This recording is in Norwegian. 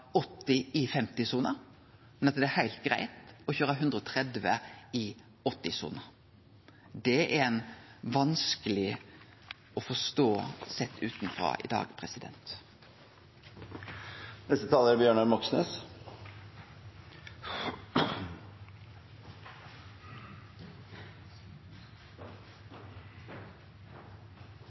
80 km/t i ei 50-sone, men at det er heilt greitt å kjøre i 130 km/t i ei 80-sone. Det er vanskeleg å forstå sett utanfrå i dag. Plassene i Nobelkomiteen er